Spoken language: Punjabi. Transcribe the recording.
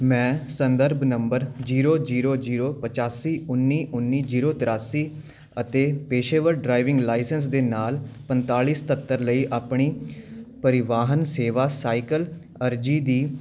ਮੈਂ ਸੰਦਰਭ ਨੰਬਰ ਜ਼ੀਰੋ ਜ਼ੀਰੋ ਜ਼ੀਰੋ ਪਚਾਸੀ ਉੱਨੀ ਉੱਨੀ ਜੀਰੋ ਤਰਿਆਸੀ ਅਤੇ ਪੇਸ਼ੇਵਰ ਡਰਾਈਵਿੰਗ ਲਾਇਸੈਂਸ ਦੇ ਨਾਲ ਪੰਤਾਲੀ ਸਤੱਤਰ ਲਈ ਆਪਣੀ ਪਰਿਵਾਹਨ ਸੇਵਾ ਸਾਈਕਲ ਅਰਜ਼ੀ ਦੀ